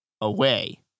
away